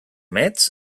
metz